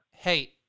Hey